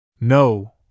No